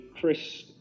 Chris